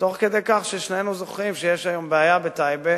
תוך כדי כך ששנינו זוכרים שיש היום בעיה בטייבה,